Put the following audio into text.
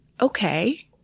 okay